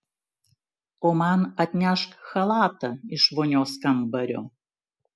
o man atnešk chalatą iš vonios kambario